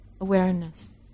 awareness